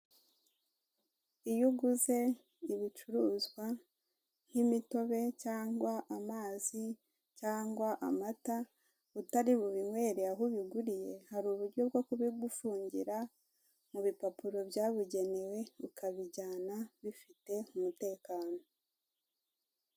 Iyo uguze ibicuruzwa, nk'imitobe cyangwa amazi, cyangwa amata, utari bubinywere aho biguriye, hari uburyo bwo kubigufungira mu bipapuro byabugenewe, ukabijyana bifite umutekano.